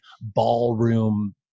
ballroom